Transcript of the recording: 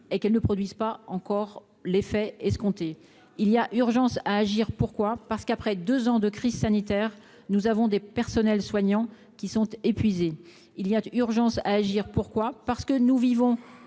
et qu'elles ne produisent pas encore l'effet escompté, il y a urgence à agir, pourquoi, parce qu'après 2 ans de crise sanitaire, nous avons des personnels soignants qui sont épuisés, il y a urgence à agir, pourquoi, parce que nous vivons,